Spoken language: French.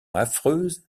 affreuse